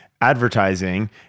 advertising